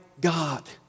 God